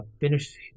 finish